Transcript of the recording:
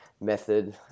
method